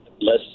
less